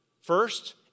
First